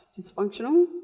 dysfunctional